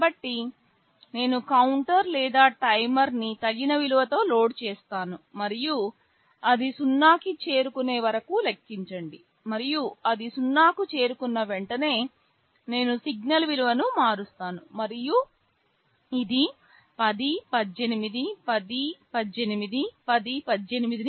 కాబట్టి నేను కౌంటర్ లేదా టైమర్ను తగిన విలువతో లోడ్ చేస్తాను మరియు అది 0 కి చేరుకునే వరకు లెక్కించండి మరియు అది 0 కి చేరుకున్న వెంటనే నేను సిగ్నల్ విలువను మారుస్తాను మరియు ఇది 10 18 10 18 10 18